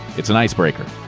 it's an icebreaker.